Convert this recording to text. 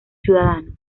ciudadanos